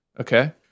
Okay